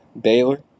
Baylor